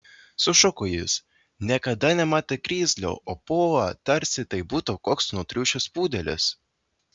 sušuko jis niekada nematė grizlio o puola tarsi tai būtų koks nutriušęs pudelis